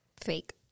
Fake